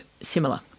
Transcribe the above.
similar